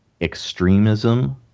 extremism